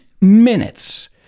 minutes